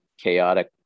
chaotic